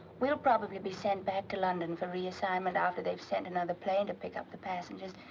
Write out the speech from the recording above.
we'll probably be sent back to london for reassignment. after they've sent another plane to pick up the passengers.